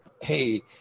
hey